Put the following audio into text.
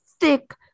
thick